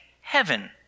heaven